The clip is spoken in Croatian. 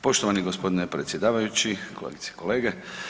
Poštovani g. predsjedavajući, kolegice i kolege.